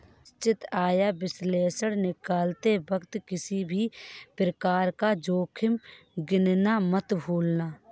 निश्चित आय विश्लेषण निकालते वक्त किसी भी प्रकार का जोखिम गिनना मत भूलना